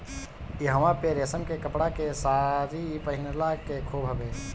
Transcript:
इहवां पे रेशम के कपड़ा के सारी पहिनला के खूबे हवे